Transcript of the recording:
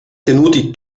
tenuti